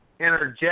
energetic